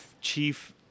chief